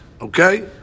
Okay